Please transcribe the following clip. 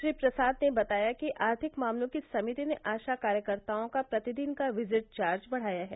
श्री प्रसाद ने बताया कि आर्थिक मामलों की समिति ने आशा कार्यकर्ताओं का प्रतिदिन का विज़िट चार्ज बढ़ाया है